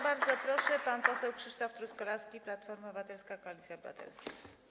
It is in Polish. Bardzo proszę, pan poseł Krzysztof Truskolaski, Platforma Obywatelska - Koalicja Obywatelska.